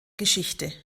geschichte